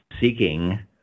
seeking